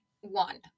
One